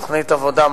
"תוכנית עבודה,